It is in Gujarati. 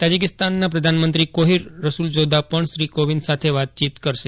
તાઝીકિસ્તાનના પ્રધાનમંત્રી કોહિર રસુલઝોદા પણ શ્રી કોવિંદ સાથે વાતચીત કરશે